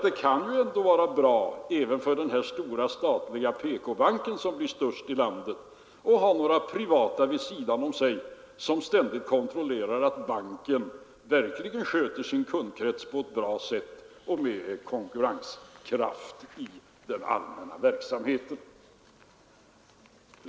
Det kan nämligen vara bra även för den stora statliga PK-banken, som ju blir störst i landet, att ha några privata banker vid sidan om sig som ständigt kontrollerar att banken verkligen sköter sin kundkrets på ett bra sätt och med konkurrenskraft i den allmänna verksamheten.